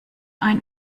ein